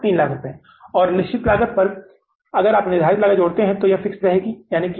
300000 रुपये और निश्चित लागत पर अगर आप इसमें निर्धारित लागत जोड़ते हैं जो कि फिक्स रहेगी यानी 150000